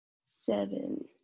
seven